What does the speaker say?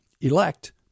elect